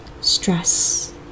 stress